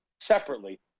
separately